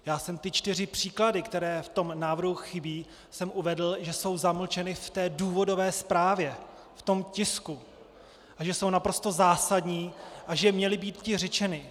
Já jsem ty čtyři příklady, které v tom návrhu chybí, uvedl, že jsou zamlčeny v důvodové zprávě, v tom tisku, a že jsou naprosto zásadní a že měly býti řečeny.